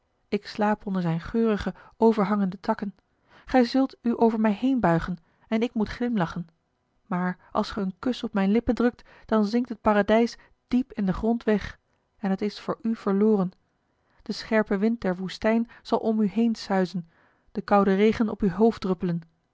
ik slaap onder zijn geurige overhangende takken ge zult u over mij heenbuigen en ik moet glimlachen maar als ge een kus op mijn lippen drukt dan zinkt het paradijs diep in den grond weg en het is voor u verloren de scherpe wind der woestijn zal om u heen suizen de koude regen op uw